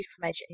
information